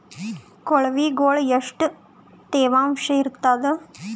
ಕೊಳವಿಗೊಳ ಎಷ್ಟು ತೇವಾಂಶ ಇರ್ತಾದ?